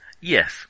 Yes